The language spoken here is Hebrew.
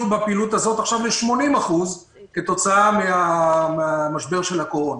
עכשיו ל-80% בפעילות הזו כתוצאה ממשבר הקורונה.